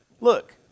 Look